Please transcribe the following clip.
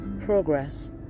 progress